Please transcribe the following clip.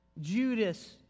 Judas